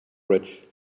bridge